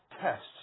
tests